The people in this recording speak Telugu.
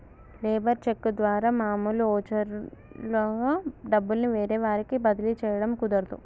లేబర్ చెక్కు ద్వారా మామూలు ఓచరు లాగా డబ్బుల్ని వేరే వారికి బదిలీ చేయడం కుదరదు